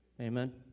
Amen